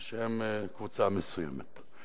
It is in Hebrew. הם קבוצה מסוימת.